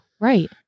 Right